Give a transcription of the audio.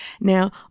Now